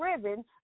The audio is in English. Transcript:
driven